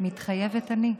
מתחייבת אני.